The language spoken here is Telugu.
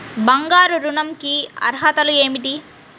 బంగారు ఋణం కి అర్హతలు ఏమిటీ?